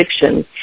Fiction